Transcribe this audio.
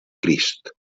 crist